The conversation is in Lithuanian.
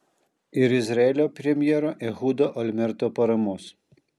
ir izraelio premjero ehudo olmerto paramos